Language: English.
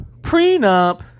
prenup